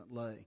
lay